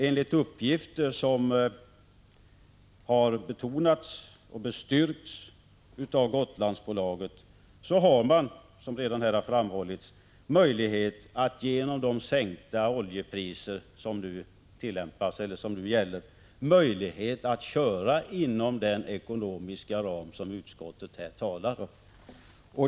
Enligt uppgifter som har bestyrkts av Gotlandsbolaget finns det, som redan har framhållits, möjlighet att genom de sänkta oljepriser som nu gäller köra inom den ekonomiska ram som utskottet här talar om.